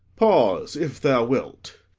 pause, if thou wilt.